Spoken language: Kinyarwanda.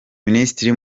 minisitiri